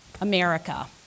America